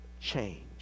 change